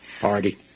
Party